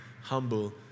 humble